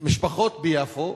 משפחות ביפו,